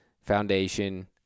foundation